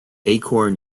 acorn